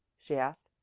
she asked,